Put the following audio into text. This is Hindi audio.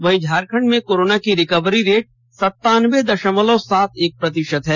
वहीं झारखंड में कोरोना की रिकवरी रेट सनतानबे दशमलव सात एक प्रतिशत है